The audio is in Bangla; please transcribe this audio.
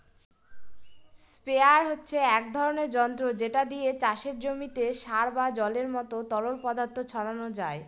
স্প্রেয়ার হচ্ছে এক ধরণের যন্ত্র যেটা দিয়ে চাষের জমিতে সার বা জলের মত তরল পদার্থ ছড়ানো যায়